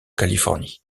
californie